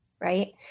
right